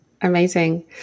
Amazing